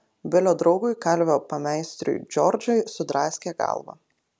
bilio draugui kalvio pameistriui džordžui sudraskė galvą